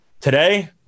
today